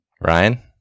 ryan